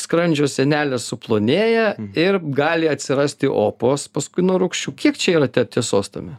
skrandžio sienelės suplonėja ir gali atsirasti opos paskui nuo rūgščių kiek čia yra tiesos tame